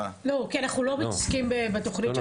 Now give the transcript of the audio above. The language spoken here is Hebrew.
לא, כי אנחנו לא מתעסקים בתוכנית.